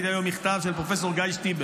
ראיתי היום מכתב של פרופ' גיא שטיבל,